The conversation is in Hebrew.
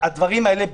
הדברים הללו ברורים.